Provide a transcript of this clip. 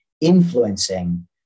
influencing